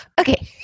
Okay